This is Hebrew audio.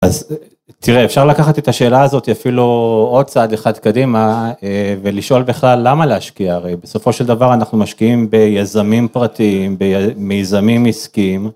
אז תראה אפשר לקחת את השאלה הזאת אפילו עוד צעד אחד קדימה ולשאול בכלל למה להשקיע? הרי בסופו של דבר אנחנו משקיעים ביזמים פרטיים, במיזמים עסקיים.